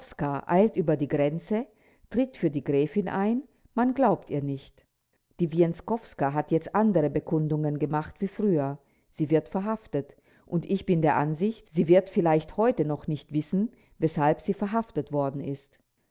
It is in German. eilt über die grenze tritt für die gräfin ein man glaubt ihr nicht die wienskowska hat jetzt andere bekundungen gemacht wie früher sie wird verhaftet und ich bin der ansicht sie wird vielleicht heute noch nicht wissen weshalb sie verhaftet worden ist